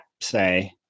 say –